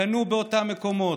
קנו באותם מקומות,